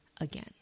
again